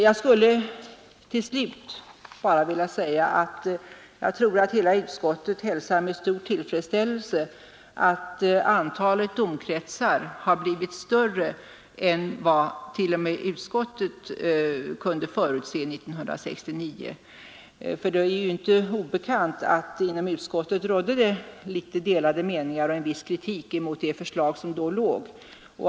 Jag skulle till slut bara vilja säga att hela utskottet hälsar med stor tillfredsställelse att antalet domkretsar har blivit större än vad t.o.m. utskottet kunde förutse 1969. Det är inte obekant att det inom utskottet rådde delade meningar och en viss kritik mot det förslag som då förelåg.